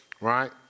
Right